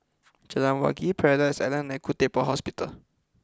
Jalan Wangi Paradise Island and Khoo Teck Puat Hospital